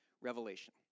revelation